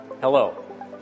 Hello